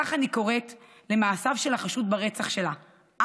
כך אני קוראת למעשיו של החשוד ברצח שלה,